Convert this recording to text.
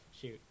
shoot